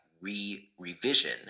re-revision